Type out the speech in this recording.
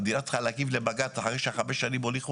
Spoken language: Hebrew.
המדינה צריכה להגיב לבג"ץ אחרי שחמש שנים הוליכו